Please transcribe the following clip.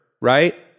right